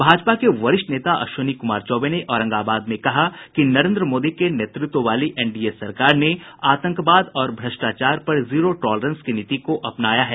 भाजपा के वरिष्ठ नेता अश्विनी कुमार चौबे ने औरंगाबाद में कहा कि नरेन्द्र मोदी के नेतृत्व वाली एनडीए सरकार ने आतंकवाद और भ्रटाचार पर ज़ीरो टॉलरेंस की नीति को अपनाया है